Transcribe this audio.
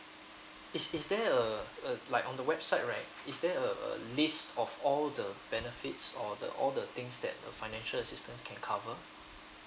is is there uh uh like on the website right is there a a list of all the benefits or the all the things that the financial assistance can cover